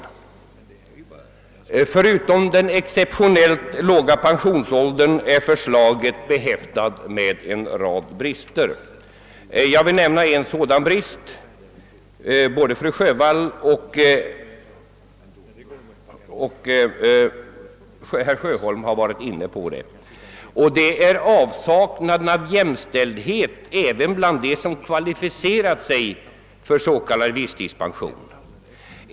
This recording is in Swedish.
Förutom den exceptionellt låga pensionsåldern är förslaget behäftat med en rad brister. Jag vill nämna en sådan — både fru Sjövall och herr Sjöholm har varit inne på den — nämligen avsaknaden av jämställdhet även bland dem som kvalificerat sig till s.k. visstidspension.